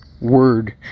word